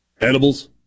Edibles